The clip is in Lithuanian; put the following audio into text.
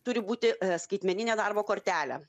turi būti skaitmeninė darbo kortelė